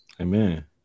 Amen